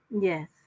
Yes